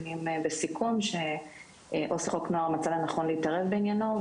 קטינים בסיכון שעו"ס לחוק נוער מצא לנכון להתערב בעניינו,